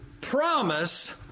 promise